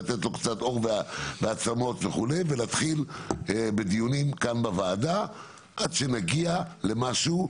לתת לו קצת עור ועצמות ונתחיל בדיונים כאן בוועדה עד שנגיע למשהו.